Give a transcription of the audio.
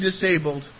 disabled